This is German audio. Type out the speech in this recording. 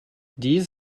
dies